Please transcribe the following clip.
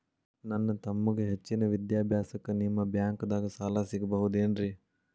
ನನ್ನ ತಮ್ಮಗ ಹೆಚ್ಚಿನ ವಿದ್ಯಾಭ್ಯಾಸಕ್ಕ ನಿಮ್ಮ ಬ್ಯಾಂಕ್ ದಾಗ ಸಾಲ ಸಿಗಬಹುದೇನ್ರಿ?